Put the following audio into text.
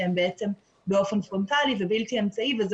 שהם בעצם באופן פרונטלי ובלתי אמצעי וזה